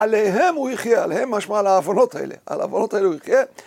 עליהם הוא יחיה, עליהם משמע על העוונות האלה, על העוונות האלה הוא יחיה.